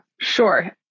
sure